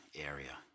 area